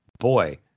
boy